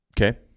okay